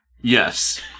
Yes